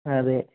അതെ